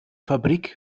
fabrik